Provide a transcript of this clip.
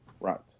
Right